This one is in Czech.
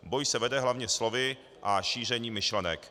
Boj se vede hlavně slovy a šířením myšlenek.